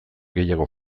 gehiago